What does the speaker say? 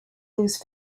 lose